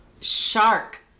shark